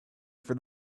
for